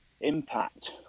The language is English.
impact